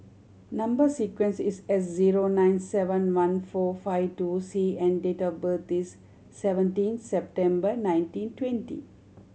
number sequence is S zero nine seven one four five two C and date of birth is seventeen September nineteen twenty